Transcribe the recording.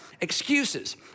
excuses